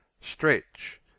stretch